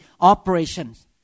operations